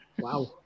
wow